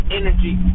energy